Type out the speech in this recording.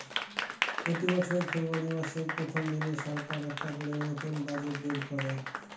প্রতি বছর ফেব্রুয়ারী মাসের প্রথম দিনে সরকার একটা করে নতুন বাজেট বের করে